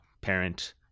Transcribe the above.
parent